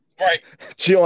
Right